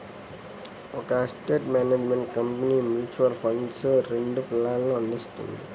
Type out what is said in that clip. ఒక asset management company mutual ఫండ్స్లో రెండు ప్లాన్లను అందిస్తుంది